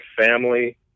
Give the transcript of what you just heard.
family